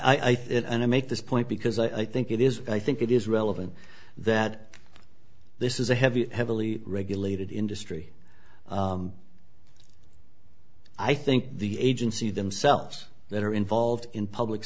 think and i make this point because i think it is i think it is relevant that this is a heavy heavily regulated industry i think the agency themselves that are involved in public